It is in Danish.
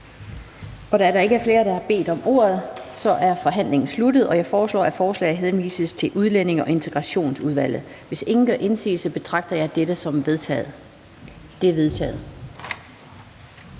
Da der ikke er flere, der har bedt om ordet, er forhandlingen sluttet. Jeg foreslår, at forslaget henvises til Udlændinge- og Integrationsudvalget. Hvis ingen gør indsigelse, betragter jeg dette som vedtaget. Det er vedtaget.